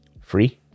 Free